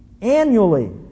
Annually